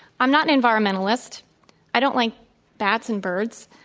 um not an environmentalist i don't like bats and birds.